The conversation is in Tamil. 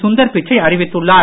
சுந்தர்பிச்சை அறிவித்துள்ளார்